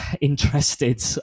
interested